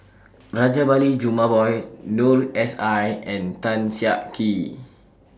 Rajabali Jumabhoy Noor S I and Tan Siak Kew